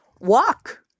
Walk